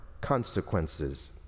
consequences